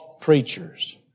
preachers